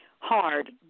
hard